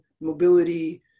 mobility